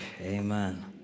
Amen